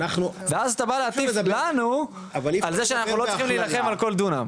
ואז אתה בא להטיף לנו על זה שאנחנו לא צריכים להילחם על כל דונם.